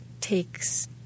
takes